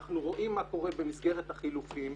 אנחנו רואים מה קורה במסגרת החילופים,